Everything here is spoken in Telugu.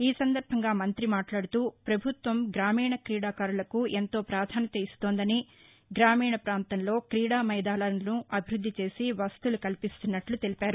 ఈ సందర్బంగా ఆయన మాట్లాడుతూ ప్రభుత్వం గ్రామీణ క్రీడాకారులకు ఎంతో ప్రాధాన్యత ఇస్తోందని గ్రామీణ ప్రాంతంలో క్రీడా మైదానాలను అభివృద్ధి చేసి వసతులు కల్పిస్తున్నట్లు తెలిపారు